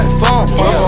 phone